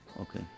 okay